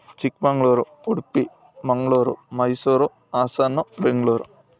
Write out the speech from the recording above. Chikkamagaluru Udupi Mangaluru Mysuru Hassan Bengaluru